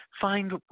Find